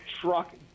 truck